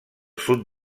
sud